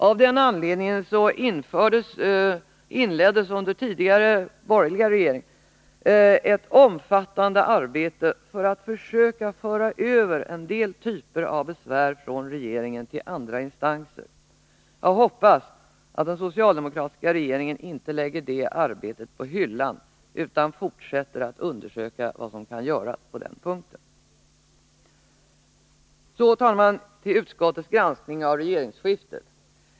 Av den anledningen inleddes under tidigare borgerliga regering ett omfattande arbete för att försöka föra över en del typer av besvär från regeringen till andra instanser. Jag hoppas att den socialdemokratiska regeringen inte lägger det arbetet på hyllan utan fortsätter att undersöka vad som kan göras på den punkten. Så, herr talman, till utskottets granskning av regeringsskiftet.